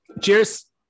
cheers